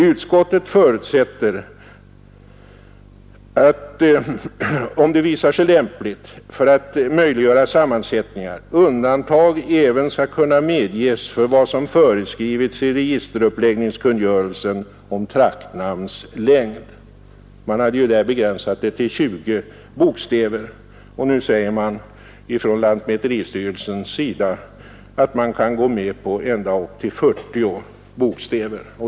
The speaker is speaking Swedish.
Utskottet förutsätter att, om det visar sig lämpligt för att möjliggöra sammansättningar, undantag även skall kunna medges från vad som föreskrivits i registeruppläggningskungörelsen om traktnamns längd. Man hade begränsat det till 20 bokstäver, men nu säger lantmäteristyrelsen att man i undantag kan gå med på ända upp till 40 bokstäver.